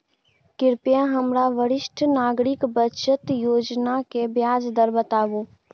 कृपया हमरा वरिष्ठ नागरिक बचत योजना के ब्याज दर बताबू